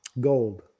Gold